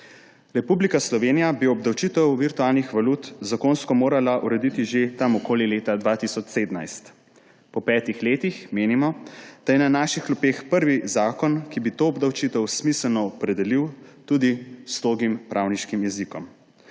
Republika Slovenija bi obdavčitev virtualnih valut zakonsko morala urediti že tam okoli leta 2017. Po petih letih menimo, da je na naših klopeh prvi zakon, ki bi to obdavčitev smiselno opredelil tudi s togim pravniškim jezikom.